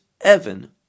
Evan